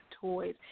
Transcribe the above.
toys